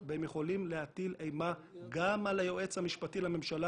לא הייתם שומעים על הדבר הזה ולא הייתם שומעים על האדם הזה כנראה לעולם.